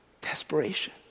Desperation